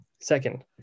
Second